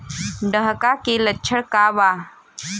डकहा के लक्षण का वा?